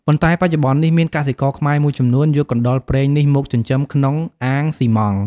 ប៉ុន្តែបច្ចុប្បន្ននេះ មានកសិករខ្មែរមួយចំនួន យកកណ្តុរព្រែងនេះមកចិញ្ចឹមក្នុងអាងសុីម៉ង់។